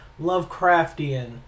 Lovecraftian